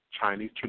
Chinese